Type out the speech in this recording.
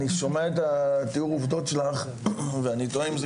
אני שומע את תיאור העובדות שלך ואני תוהה אם זה